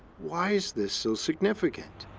why is this so significant?